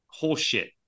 horseshit